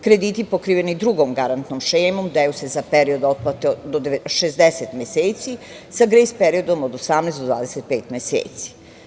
Krediti pokriveni drugom garantnom šemom daju se za period otplate do 60 meseci sa grejs periodom od 18 do 25 meseci.